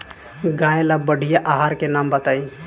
गाय ला बढ़िया आहार के नाम बताई?